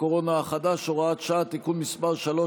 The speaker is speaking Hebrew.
הקורונה החדש (הוראת שעה) (תיקון מס' 3),